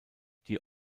die